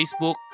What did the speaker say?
Facebook